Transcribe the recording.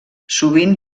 sovint